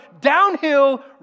downhill